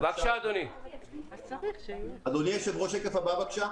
אדוני היושב-ראש, השקף הבא, בבקשה.